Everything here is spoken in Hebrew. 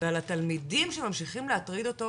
על המורים שממשיכים ללמד שם ועל התלמידים שממשיכים להטריד אותו,